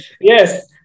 Yes